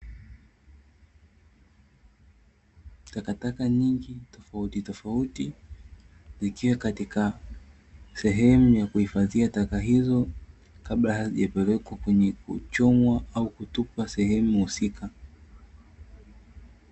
Takataka nyingi tofauti tofauti, zikiwa katika sehemu za kuhifadhia taka hizo kabla hazijapelekwa kweye kuchomwa, au kutupwa sehemu husika.